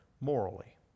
morally